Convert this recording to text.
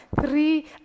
three